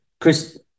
Chris